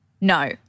No